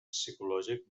psicològic